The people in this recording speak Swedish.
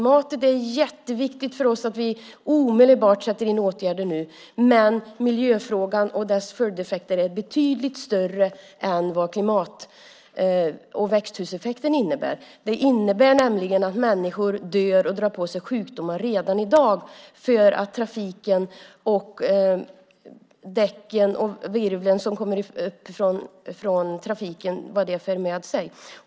Det är jätteviktigt för oss att vi omedelbart sätter in åtgärder för klimatet. Men miljöfrågan och dess följdeffekter är betydligt större än det som klimat och växthuseffekten innebär. Det handlar om att människor dör och drar på sig sjukdomar redan i dag på grund av trafiken, bland annat handlar det om partiklar som åstadkoms av dubbdäcken.